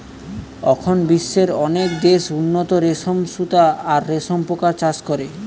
অখন বিশ্বের অনেক দেশ উন্নত রেশম সুতা আর রেশম পোকার চাষ করে